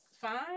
Fine